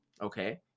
okay